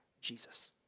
Jesus